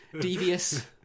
devious